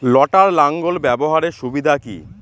লটার লাঙ্গল ব্যবহারের সুবিধা কি?